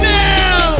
now